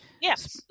Yes